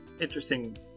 interesting